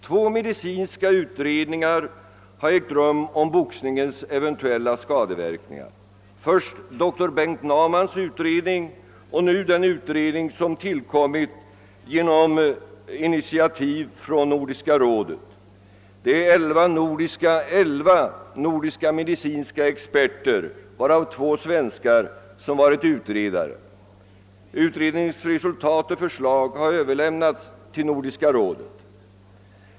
Två medicinska utredningar har gjorts om boxningens eventuella skadeverkningar: först doktor Bengt Naumanns utredning och nu den utredning som tillkommit på initiativ från Nordiska rådet. Elva nordiska medicinska experter, varav två svenskar, har varit utredare. Utredningens resultat och förslag har överlämnats till Nordiska rådet.